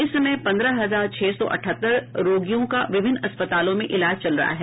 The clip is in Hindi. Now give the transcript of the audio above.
इस समय पन्द्रह हजार छह सौ अठहत्तर रोगियों का विभिन्न अस्पतालों में इलाज चल रहा है